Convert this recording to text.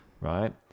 Right